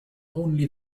only